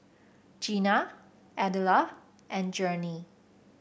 Jeana Adela and Journey